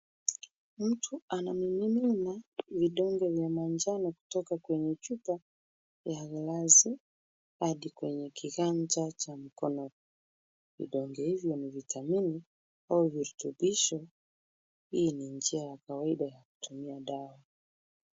Mtu anamimina vidonge vya manjano kutoka kwenye chupa ya glasi hadi kwenye kiganja cha mkono. Vidonge hivyo ni vitamini au virutubisho, hii ni njia ya kawaida ya kutumia dawa.